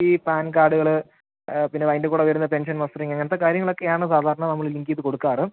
ഈ പാൻ കാർഡ്കൾ പിന്നെ അതിൻ്റെ കൂടെ വരുന്ന പെൻഷൻ മസ്റ്ററിങ്ങ് അങ്ങനത്തെ കാര്യങ്ങളൊക്കെയാണ് സാധാരണ നമ്മൾ ലിങ്ക് ചെയ്ത കൊടുക്കാറ്